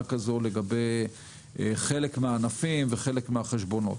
כזו לגבי חלק מהענפים וחלק מהחשבונות.